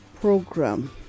program